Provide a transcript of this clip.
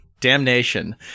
damnation